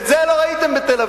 את זה לא ראיתם בתל-אביב.